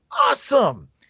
awesome